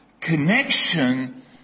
connection